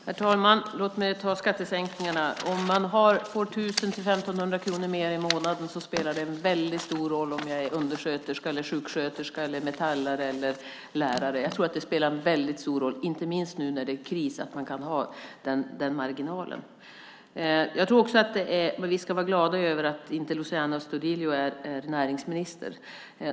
Herr talman! Låt mig ta skattesänkningarna. Att få 1 000-1 500 kronor mer i månaden spelar en väldigt stor roll om jag är undersköterska, sjuksköterska, metallare eller lärare. Jag tror att det spelar en väldigt stor roll, inte minst nu när det är kris, att man kan ha den marginalen. Vi ska vara glada över att Luciano Astudillo inte är näringsminister.